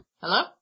Hello